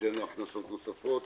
שאין לו הכנסות נוספות.